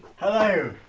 hello,